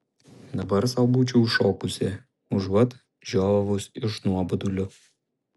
dabar sau būčiau šokusi užuot žiovavus iš nuobodulio